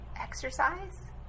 exercise